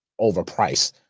overpriced